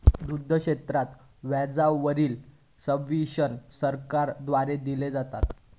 दुग्ध क्षेत्रात व्याजा वरील सब्वेंशन सरकार द्वारा दिला जाता